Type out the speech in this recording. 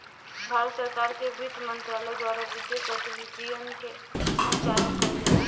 भारत सरकार के बित्त मंत्रालय द्वारा वित्तीय गतिविधियन के संचालन कईल जाला